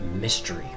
mystery